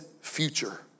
future